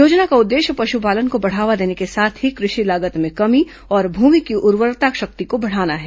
योजना का उद्देश्य पशुपालन को बढ़ावा देने के साथ ही कृषि लागत में कमी और भूमि की उर्वरता शक्ति को बढ़ाना है